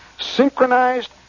Synchronized